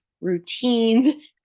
routines